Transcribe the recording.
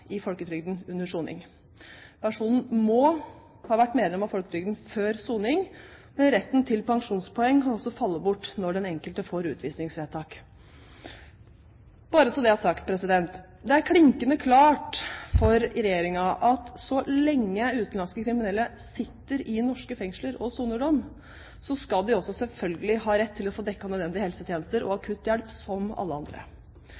i folketrygden under soning. Personen må ha vært medlem av folketrygden før soning, men retten til pensjonspoeng kan også falle bort når den enkelte får utvisningsvedtak. Bare så det er sagt: Det er klinkende klart for regjeringen at så lenge utenlandske kriminelle sitter i norske fengsler og soner dom, skal de selvfølgelig ha rett til å få dekket nødvendige helsetjenester og akutthjelp, som alle andre.